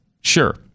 Sure